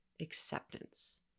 acceptance